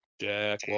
Jack